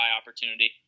opportunity